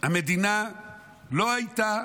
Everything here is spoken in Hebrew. המדינה לא הייתה,